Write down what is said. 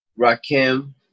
Rakim